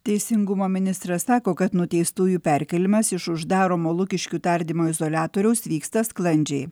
teisingumo ministras sako kad nuteistųjų perkėlimas iš uždaromo lukiškių tardymo izoliatoriaus vyksta sklandžiai